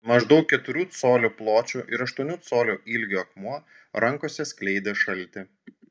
maždaug keturių colių pločio ir aštuonių colių ilgio akmuo rankose skleidė šaltį